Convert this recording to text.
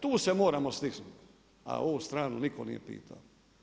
Tu se moramo stisnuti, a ovu stranu nitko nije pitao.